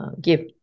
give